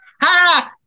Ha